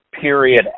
period